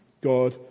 God